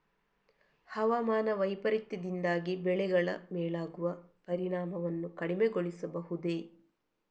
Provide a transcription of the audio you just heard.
ಹವಾಮಾನ ವೈಪರೀತ್ಯದಿಂದಾಗಿ ಬೆಳೆಗಳ ಮೇಲಾಗುವ ಪರಿಣಾಮವನ್ನು ಕಡಿಮೆಗೊಳಿಸಬಹುದೇ?